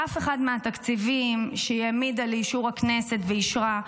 באף אחד מהתקציבים שהיא העמידה לאישור הכנסת ואישרה,